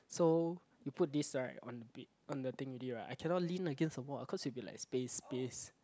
so you put this right on the bed on the thing already right I cannot lean against the wall cause it will be like space space